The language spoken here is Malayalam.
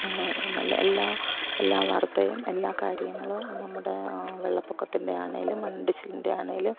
നല്ല എല്ലാ എല്ലാ വാർത്തയും എല്ലാ കാര്യങ്ങളും നമ്മുടെ വെള്ളപ്പൊക്കത്തിൻ്റെയാണെങ്കി ലും മണ്ണിടിച്ചിലിൻ്റെയാണെങ്കിലും